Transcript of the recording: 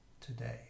today